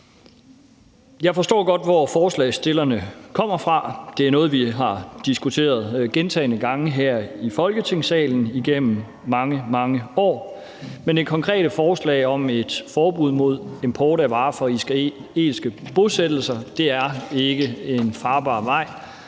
Jeg forstår godt, hvor forslagsstillerne kommer fra. Det er noget, vi har diskuteret gentagne gange her i Folketingssalen igennem mange, mange år, men det konkrete forslag om et forbud mod import af varer fra israelske bosættelser er ikke en farbar vej.